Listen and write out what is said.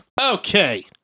Okay